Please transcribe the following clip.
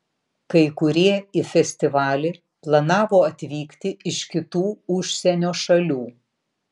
kai kurie į festivalį planavo atvykti iš kitų užsienio šalių